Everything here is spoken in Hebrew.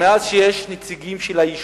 מאז שיש נציגים של היישוב,